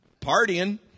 partying